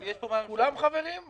כולם חברים.